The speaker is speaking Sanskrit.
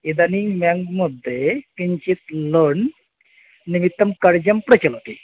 इदनीं बेङ्क्मध्ये किञ्चित् लोन् निमित्तं कार्यं प्रचलति